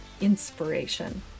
inspiration